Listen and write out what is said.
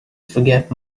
forget